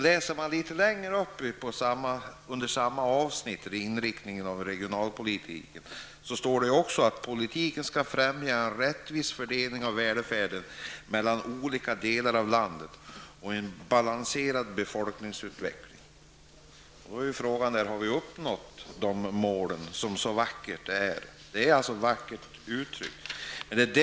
Läser man litet längre upp under samma avsnitt om inriktningen av regionalpolitiken står det att ''politiken skall främja en rättvis fördelning av välfärden mellan olika delar av landet, en balanserad befolkningsutveckling''. Då är frågan: Har vi uppnått de mål som uttryckts så vackert?